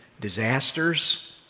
disasters